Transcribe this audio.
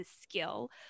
skill